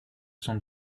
son